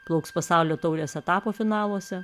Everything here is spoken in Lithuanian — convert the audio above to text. plauks pasaulio taurės etapo finaluose